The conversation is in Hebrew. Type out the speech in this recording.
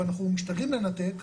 ואנחנו משתדלים לנתק.